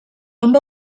amb